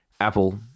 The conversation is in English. Apple